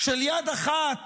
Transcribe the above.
של יד אחת